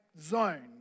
zone